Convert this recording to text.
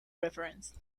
reference